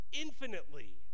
infinitely